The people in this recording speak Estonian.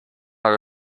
aga